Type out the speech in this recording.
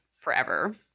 forever